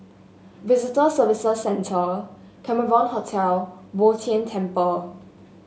Visitor Services Centre Cameron Hotel Bo Tien Temple